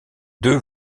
deux